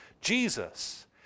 Jesus